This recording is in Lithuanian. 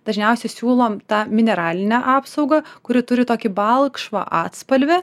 dažniausiai siūlom tą mineralinę apsaugą kuri turi tokį balkšvą atspalvį